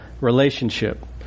relationship